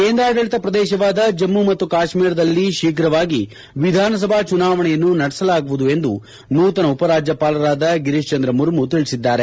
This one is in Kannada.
ಕೇಂದ್ರಾಡಳಿತ ಪ್ರದೇಶವಾದ ಜಮ್ಮು ಮತ್ತು ಕಾಶ್ಮೀರದಲ್ಲಿ ಶೀಘ್ರವಾಗಿ ವಿಧಾನಸಭಾ ಚುನಾವಣೆಯನ್ನು ನಡೆಸಲಾಗುವುದು ಎಂದು ನೂತನ ರಾಜ್ಯಪಾಲರಾದ ಗಿರೀಶ್ ಚಂದ್ರ ಮುರ್ಮು ತಿಳಿಸಿದ್ದಾರೆ